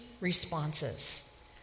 responses